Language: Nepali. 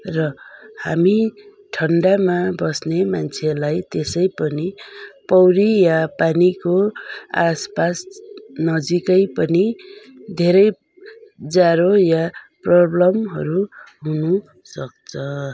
र हामी ठन्डामा बस्ने मान्छेलाई त्यसै पनि पौडी या पानीको आसपास नजिकै पनि धेरै जाडो या प्रब्लमहरू हुनुसक्छ